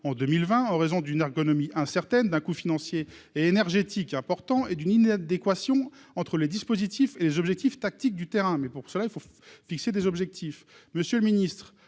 en 2020 en raison d'une ergonomie incertaine d'un coût financier et énergétique important et d'une inadéquation entre les dispositifs et les objectifs tactiques du terrain, mais pour cela il faut fixer des objectifs, monsieur le Ministre